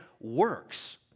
works